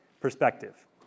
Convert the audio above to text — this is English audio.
perspective